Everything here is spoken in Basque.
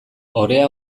orea